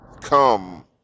come